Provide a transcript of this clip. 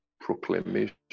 proclamation